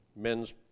men's